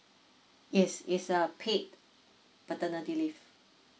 yes it's a paid paternity leave